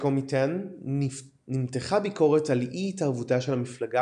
בקומינטרן נמתחה ביקורת על אי התערבותה של המפלגה